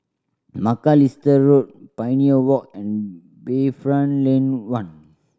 Macalister Road Pioneer Walk and Bayfront Lane One